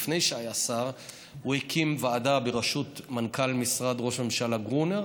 לפני שהיה שר הוא הקים ועדה בראשות מנכ"ל משרד ראש הממשלה גרונר.